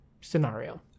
scenario